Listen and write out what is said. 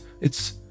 It's